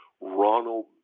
Ronald